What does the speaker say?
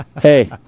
Hey